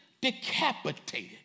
decapitated